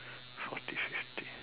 forty fifty